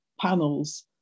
panels